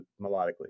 melodically